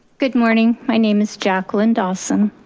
good morning, my name is jacqueline dawson,